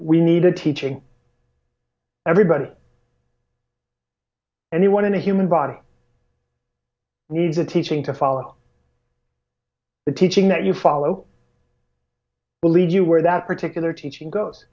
we need a teaching everybody anyone in a human body needs a teaching to follow the teaching that you follow believed you were that particular teaching goes